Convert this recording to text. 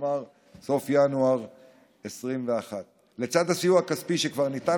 כלומר סוף ינואר 2021. לצד הסיוע הכספי שכבר ניתן